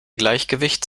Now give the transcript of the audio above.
gleichgewicht